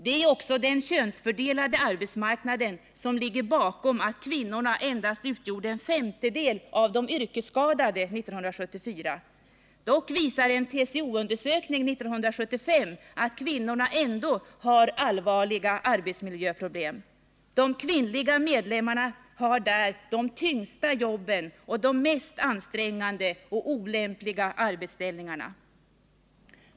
Det är också den könsfördelade arbetsmarknaden som ligger bakom att kvinnorna endast utgjorde en femtedel av de yrkesskadade 1974. Dock visar en TCO-undersökning 1975 att kvinnorna ändå har allvarliga arbetsmiljöproblem. De kvinnliga medlemmarna har där de tyngsta jobben och de mest ansträngande och olämpliga arbetsställningarna.